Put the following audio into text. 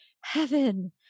heaven